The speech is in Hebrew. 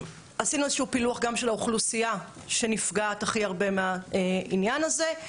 עשינו איזה שהוא פילוח גם של האוכלוסייה שנפגעת הכי הרבה מהעניין הזה.